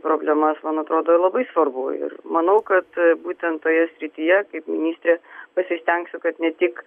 problemas man atrodo labai svarbu ir manau kad būten toje srityje kaip ministrė pasistengsiu kad ne tik